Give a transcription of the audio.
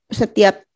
setiap